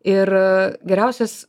ir geriausias